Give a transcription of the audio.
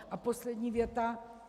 A poslední věta: